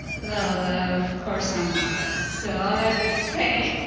well, of course, i'm bias so all i would say,